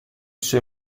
suoi